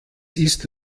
ist